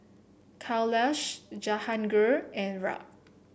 Kailash Jahangir and Raj